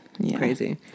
Crazy